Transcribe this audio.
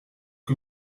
que